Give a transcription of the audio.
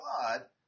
God